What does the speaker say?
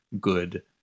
good